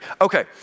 Okay